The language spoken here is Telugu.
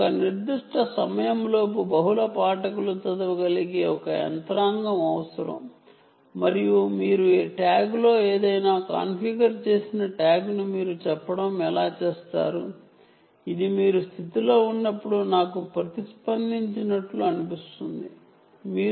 ఒక నిర్దిష్ట సమయం లోపు బహుళ రీడర్ లను చదవగలిగే ఒక యంత్రాంగం అవసరం మరియు మీరు ఎలా చేస్తారు ట్యాగ్లో ఏదైనా కాన్ఫిగర్ చేసి అంటే మీరు స్టేట్ A లో ఉన్నప్పుడు నాకు ప్రతిస్పందించండి అని రీడర్ A చెప్పవచ్చు